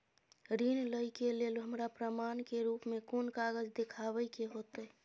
ऋण लय के लेल हमरा प्रमाण के रूप में कोन कागज़ दिखाबै के होतय?